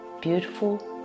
beautiful